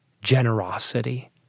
generosity